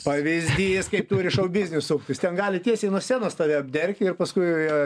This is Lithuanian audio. pavyzdys kaip turi šou biznis suktis ten gali tiesiai nuo scenos tave apdergti ir paskui